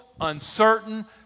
uncertain